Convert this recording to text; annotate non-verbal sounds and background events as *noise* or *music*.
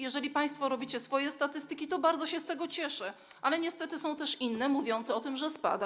Jeżeli państwo robicie swoje statystyki, to bardzo się z tego cieszę, *noise* ale niestety są też inne, mówiące o tym, że spada.